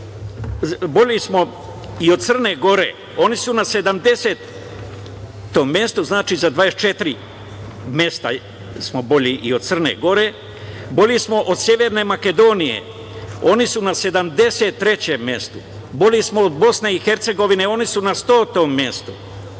bolji smo i od Crne Gore, oni su na 70. mestu, znači za 24 mesta smo bolji i od Crne Gore, bolji smo od Severne Makedonije, oni su na 73. mestu, bolji smo od Bosne i Hercegovine, oni su 100. mestu.